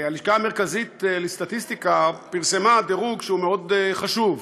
הלשכה המרכזית לסטטיסטיקה פרסמה דירוג שהוא מאוד חשוב,